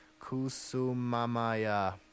Kusumamaya